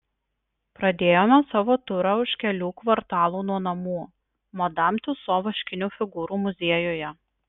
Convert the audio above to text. pradėjome savo turą už kelių kvartalų nuo namų madam tiuso vaškinių figūrų muziejuje